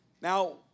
Now